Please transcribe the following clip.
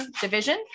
division